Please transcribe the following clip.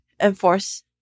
enforce